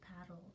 paddle